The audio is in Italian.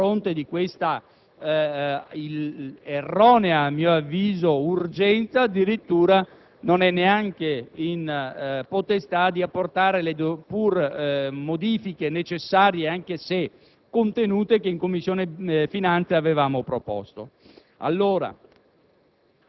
L'Aula del Senato, a fronte di questa erronea - a mio avviso - urgenza, addirittura non è neanche in potestà di apportare le modifiche pur necessarie, anche se contenute, che in Commissione finanze avevamo proposto.